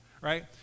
right